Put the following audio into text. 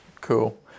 Cool